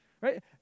right